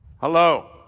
Hello